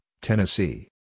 Tennessee